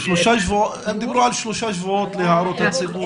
הם דיברו על שלושה שבועות להערות הציבור.